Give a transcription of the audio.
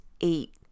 eight